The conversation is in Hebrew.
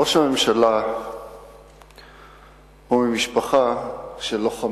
ראש הממשלה הוא ממשפחה של לוחמים: